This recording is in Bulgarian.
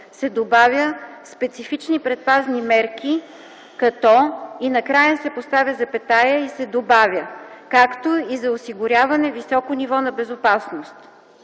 се добавя „специфични предпазни мерки, като” и накрая се поставя запетая и се добавя „както и за осигуряване високо ниво на безопасност”;